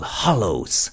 hollows